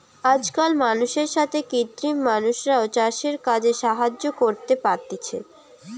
আজকাল মানুষের সাথে কৃত্রিম মানুষরাও চাষের কাজে সাহায্য করতে পারতিছে